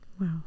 Wow